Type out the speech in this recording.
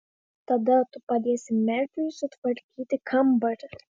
tada tu padėsi merfiui sutvarkyti kambarį